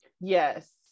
Yes